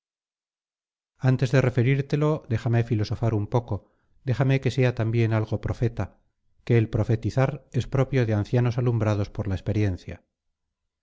antes de referírtelo déjame filosofar un poco déjame que sea también algo profeta que el profetizar es propio de ancianos alumbrados por la experiencia